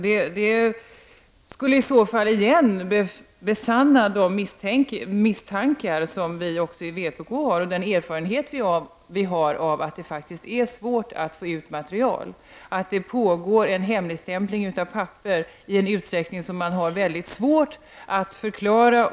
Det skulle i så fall besanna de misstankar som vi också i vpk har, och bekräfta den erfarenhet vi har av att det faktiskt är svårt att få ut material. Det pågår en hemligstämpling av papper i en utsträckning som man har svårt att förklara.